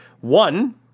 one